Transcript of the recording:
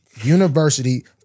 University